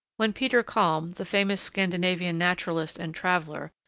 when peter kalm, the famous scandinavian naturalist and traveller,